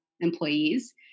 employees